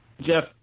Jeff